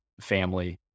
family